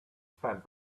fat